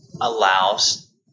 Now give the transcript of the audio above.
allows